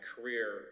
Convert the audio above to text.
career